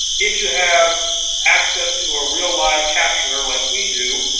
if you have access to a real live captioner, like we do,